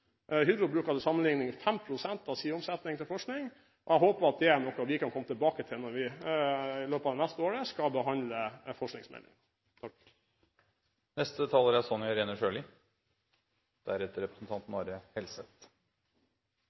bruker Hydro 5 pst. av sin omsetning til forskning. Jeg håper det er noe vi kan komme tilbake til når vi i løpet av neste år skal behandle forskningsmeldingen. Som flere har fremhevet, er